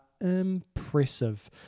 impressive